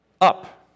up